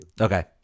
Okay